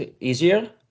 easier